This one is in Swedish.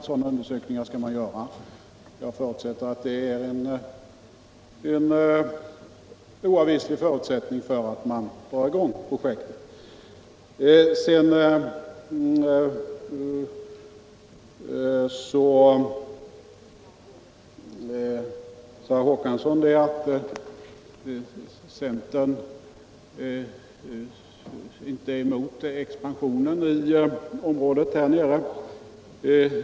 Jag förutsätter att det är en oavvislig förutsättning för att man skall dra i gång projektet. Sedan sade herr Håkansson att centern är emot expansionen i området där nere.